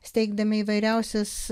steigdami įvairiausias